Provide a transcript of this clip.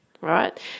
right